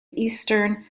eastern